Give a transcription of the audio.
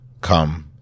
come